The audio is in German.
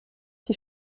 die